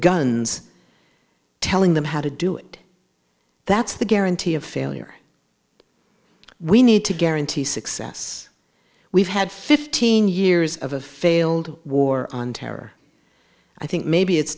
guns telling them how to do it that's the guarantee of failure we need to guarantee success we've had fifteen years of a failed war on terror i think maybe it's